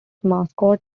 mascot